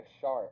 sharp